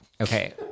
Okay